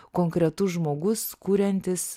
konkretus žmogus kuriantis